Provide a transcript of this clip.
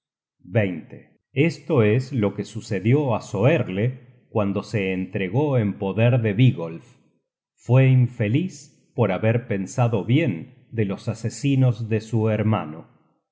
otros esto es lo que sucedió á soerle cuando se entregó en poder de vigolf fue infeliz por haber pensado bien de los asesinos de su hermano